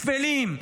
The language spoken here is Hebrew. שפלים,